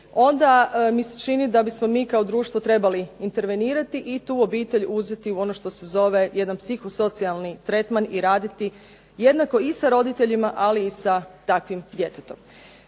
onda mi se čini da bismo mi kao društvo trebali intervenirati i tu obitelj uzeti u ono što se zove psiho socijalni tretman i raditi jednako i sa roditeljima i sa takvim djetetom.